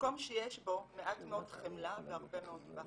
מקום שיש בו מעט מאוד חמלה והרבה מאוד פחד,